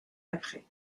après